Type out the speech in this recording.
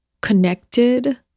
connected